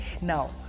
Now